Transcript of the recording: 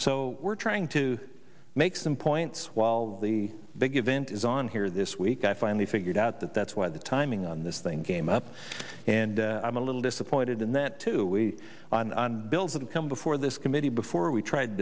so we're trying to make some points while the big event is on here this week i finally figured out that that's why the timing on this thing came up and i'm a little disappointed in that to we on bills that have come before this committee before we tried